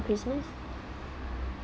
christmas